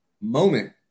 moment